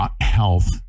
health